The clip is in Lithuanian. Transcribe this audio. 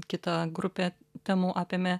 kita grupė temų apėmė